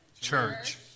Church